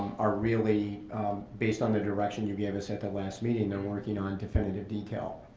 are really based on the direction you gave us at the last meeting, they're working on definitive detail.